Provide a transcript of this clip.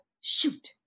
shoot